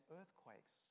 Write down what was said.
earthquakes